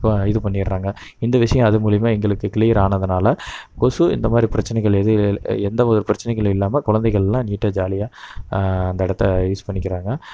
இப்போது இது பண்ணிடறாங்க இந்த விஷயம் அது மூலயமா எங்களுக்கு கிளீயர் ஆனதினால கொசு இந்தமாதிரி பிரச்சினைகள் எது எந்தவொரு பிரச்சினைகள் இல்லாமல் குழந்தைகளெலாம் நீட்டாக ஜாலியாக அந்த இடத்த யூஸ் பண்ணிக்கிறாங்க